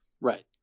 Right